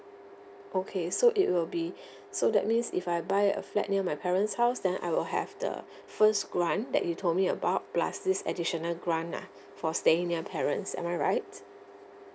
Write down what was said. okay so it will be so that means if I buy a flat near my parents' house then I will have the first grant that you told me about plus this additional grant lah for staying near parents am I right